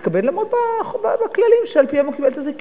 יתכבד לעמוד בכללים שעל-פיהם הוא קיבל את הזיכיון.